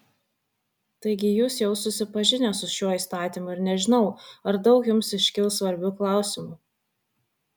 taigi jūs jau susipažinę su šiuo įstatymu ir nežinau ar daug jums iškils svarbių klausimų